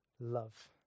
love